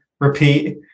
repeat